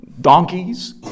donkeys